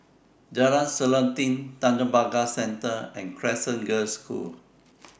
Jalan Selanting Tanjong Pagar Centre and Crescent Girls' School